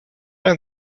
ein